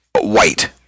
white